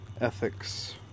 ethics